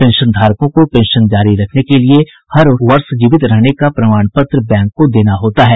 पेंशनधारकों को पेंशन जारी रखने के लिए हर वर्ष जीवित रहने का प्रमाण बैंक को देना होता है